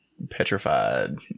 Petrified